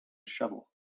shovel